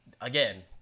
again